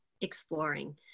exploring